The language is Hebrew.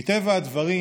מטבע הדברים,